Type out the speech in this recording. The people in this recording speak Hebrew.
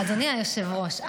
אדוני היושב-ראש,